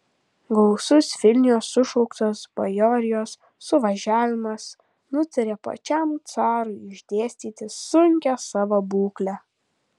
gausus vilniuje sušauktas bajorijos suvažiavimas nutarė pačiam carui išdėstyti sunkią savo būklę